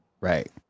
Right